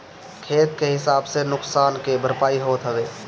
खेत के हिसाब से नुकसान के भरपाई होत हवे